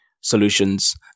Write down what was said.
solutions